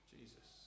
Jesus